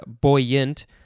buoyant